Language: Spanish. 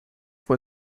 fue